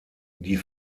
die